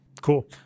Cool